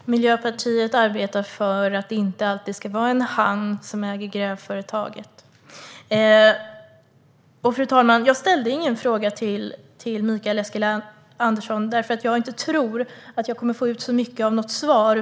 Fru talman! Miljöpartiet arbetar för att det inte alltid ska vara en han som äger grävföretaget. Jag ställde ingen fråga till Mikael Eskilandersson, för jag tror inte att jag kommer att få ut så mycket av något svar.